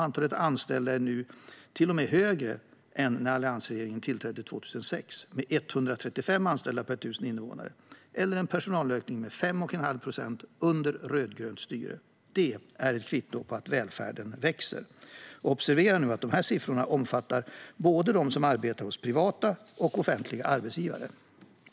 Antalet anställda är till och med högre nu än när alliansregeringen tillträdde 2006, med 135 anställda per 1 000 invånare eller en personalökning med 5 1⁄2 procent under rödgrönt styre. Det är ett kvitto på att välfärden växer - och observera att de här siffrorna omfattar anställda hos både privata och offentliga arbetsgivare.